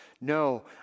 No